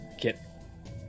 get